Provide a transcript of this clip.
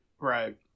Right